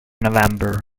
november